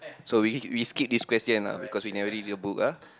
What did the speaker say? so we we skip this question lah cause you never read the book ah